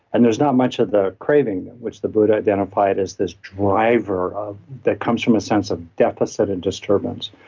and there's not much of the craving which the buddha identified as this driver that comes from a sense of deficit and disturbance,